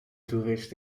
toerist